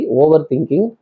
overthinking